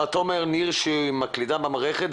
כשאתה אומר שהיא מקלידה במערכת,